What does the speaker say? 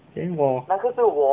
then 我